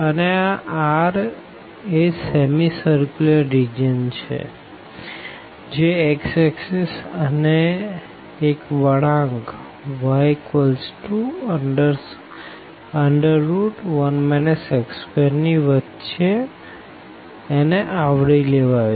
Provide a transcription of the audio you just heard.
અને આ R અર્ધ ગોળ પ્રદેશ છે જે x axis અને વળાંક y1 x2 ની વચ્ચે આવરી લેવાયો છે